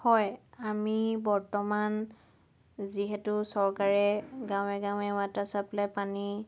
হয় আমি বৰ্তমান যিহেতু চৰকাৰে গাঁৱে গাঁৱে ৱাটাৰ চাপ্লাইৰ পানী